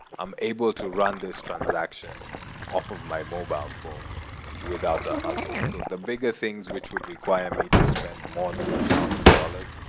i'm able to run these transactions off of my mobile phone without a hassle. so the bigger things which would require me to spend more than a thousand dollars,